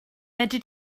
fedri